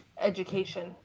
education